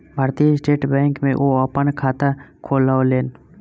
भारतीय state bank में ओ अपन खाता खोलौलेन